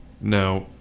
now